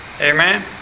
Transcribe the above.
Amen